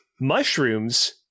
mushrooms